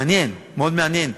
מעניין, מאוד מעניין.